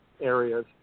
areas